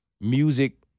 music